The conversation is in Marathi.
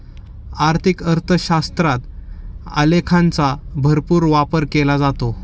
आर्थिक अर्थशास्त्रात आलेखांचा भरपूर वापर केला जातो